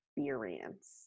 experience